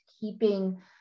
keeping